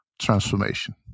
transformation